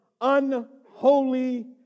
unholy